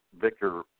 Victor